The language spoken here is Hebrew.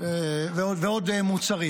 ועוד מוצרים.